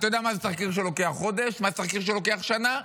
אתה יודע מה זה תחקיר שלוקח חודש ומה זה תחקיר שלוקח שנה.